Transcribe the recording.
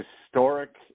historic